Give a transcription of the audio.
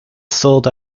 sold